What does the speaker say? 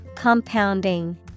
Compounding